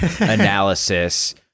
analysis